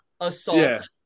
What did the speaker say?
assault